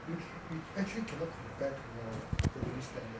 you can actually cannot compare to now lah the living standard